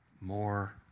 more